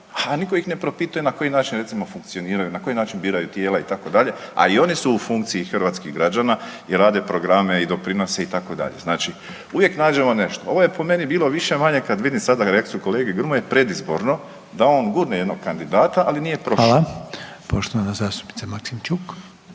a nitko ih ne propituje na koji način recimo funkcioniraju, na koji način biraju tijela itd. A i oni su u funkciji hrvatskih građana i rade programe i doprinose itd. Znači uvijek nađemo nešto. Ovo je po meni bilo više-manje kad vidim sada rekli su kolega Grmoja predizborno da on gurne jednog kandidata ali nije prošao. **Reiner, Željko (HDZ)** Hvala. Poštovana zastupnica Maksimčuk.